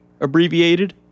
abbreviated